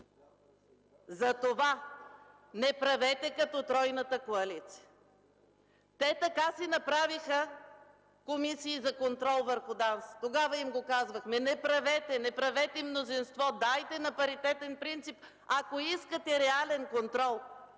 Затова не правете като тройната коалиция! Те така си направиха Комисия за контрол на ДАНС. Тогава им казвахме: „Не правете мнозинство, дайте на паритетен принцип, ако искате реален контрол,